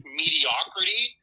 mediocrity